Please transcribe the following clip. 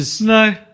No